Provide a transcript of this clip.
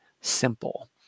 simple